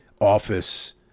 office